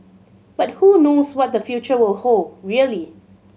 but who knows what the future will hold really